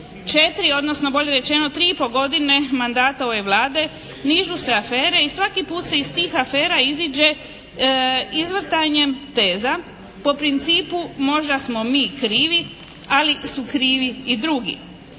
4, odnosno bolje rečeno 3 i pol godine mandata ove Vlade nižu se afere i svaki put se iz tih afera iziđe izvrtanjem teza po principu možda smo mi krivi, ali su krivi i drugi.